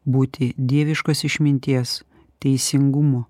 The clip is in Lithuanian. būti dieviškos išminties teisingumo